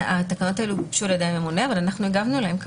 התקנות האלה גובשו על ידי הממונה אבל אנחנו הגבנו להן.